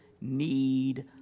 need